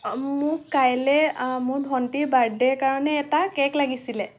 মোক কাইলৈ মোৰ ভন্টীৰ বাৰ্থদেৰ কাৰণে এটা কেক লাগিছিলে